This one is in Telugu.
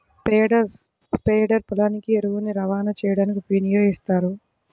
పేడ స్ప్రెడర్ పొలానికి ఎరువుని రవాణా చేయడానికి వినియోగిస్తారు